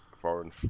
foreign